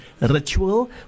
ritual